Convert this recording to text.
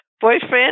boyfriend